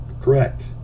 Correct